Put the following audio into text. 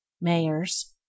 Mayors